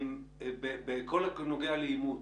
בכל הנוגע לאימוץ,